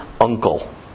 uncle